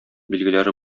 билгеләре